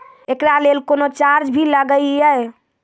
एकरा लेल कुनो चार्ज भी लागैये?